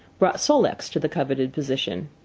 brought sol-leks to the coveted position.